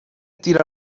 tira